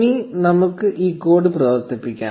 ഇനി നമുക്ക് ഈ കോഡ് പ്രവർത്തിപ്പിക്കാം